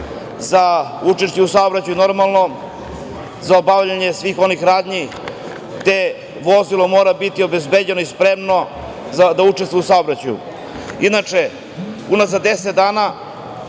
za učešće u saobraćaju, normalno, za obavljanje svih onih radnji gde vozilo mora biti obezbeđeno i spremno da učestvuje u saobraćaju. Inače, unazad 10 dana